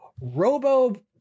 robo